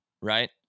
right